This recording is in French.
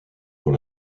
dans